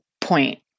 point